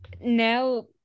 now